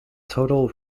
total